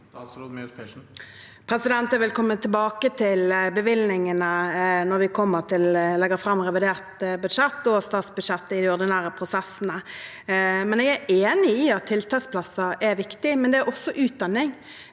Statsråd Marte Mjøs Persen Jeg vil kom- me tilbake til bevilgningene når vi legger fram revidert budsjett og statsbudsjettet i de ordinære prosessene. Jeg er enig i at tiltaksplasser er viktig, men det er også utdanning.